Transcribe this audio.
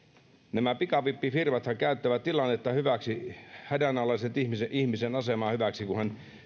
nämä pikavippifirmathan käyttävät tilannetta hyväksi hädänalaisen ihmisen ihmisen asemaa hyväksi kun hän